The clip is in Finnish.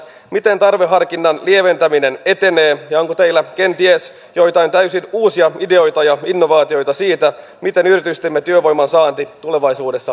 miten tarveharkinnan lieventäminen etenee ja onko teillä kenties joitain täysin uusia ideoita ja innovaatioita siitä miten yritystemme työvoiman saanti tulevaisuudessa turvataan